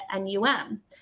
NUM